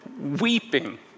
weeping